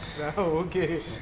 okay